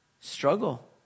struggle